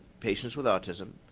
patients with autism,